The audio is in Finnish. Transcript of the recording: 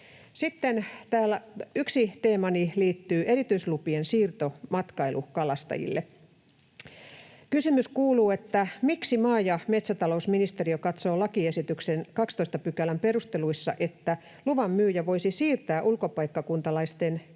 Yksi teemani liittyy erityislupien siirtoon matkailukalastajille. Kysymys kuuluu, miksi maa‑ ja metsätalousministeriö katsoo lakiesityksen 12 §:n perusteluissa, että luvan myyjä voisi siirtää ulkopaikkakuntalaisten